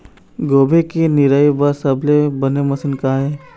गोभी के निराई बर सबले बने मशीन का ये?